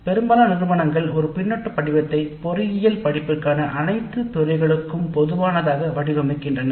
பெரும்பாலான நிறுவனங்கள் ஒரு பின்னூட்ட படிவத்தைபொறியியல் படிப்பிற்கான அனைத்துத் துறைகளுக்கும் பொதுவானதாக உபயோகப்படுத்துகின்றனர்